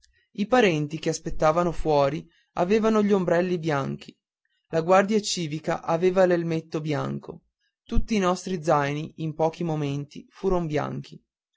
i parenti che aspettavan fuori avevano gli ombrelli bianchi la guardia civica aveva l'elmetto bianco tutti i nostri zaini in pochi momenti furon bianchi